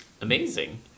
Amazing